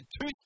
two